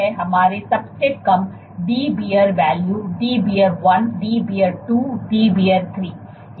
तो यह है हमारा सबसे कम Dbr value Dbr 1 Dbr 2 Dbr 3